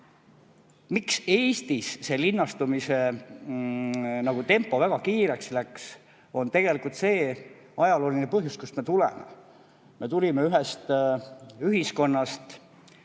miks Eestis see linnastumise tempo väga kiireks läks, on ajalooline põhjus: see, kust me tuleme. Me tulime ühest ühiskonnast,